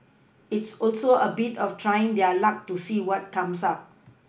it's also a bit of trying their luck to see what comes up